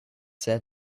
said